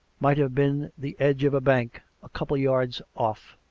might have been the edge of a bank a couple of yards off